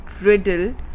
riddle